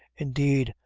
indeed,